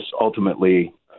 ultimately